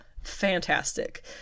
fantastic